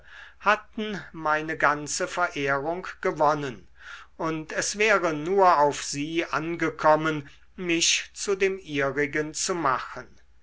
hatten meine ganze verehrung gewonnen und es wäre nur auf sie angekommen mich zu dem ihrigen zu machen